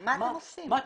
מה אנחנו עושים.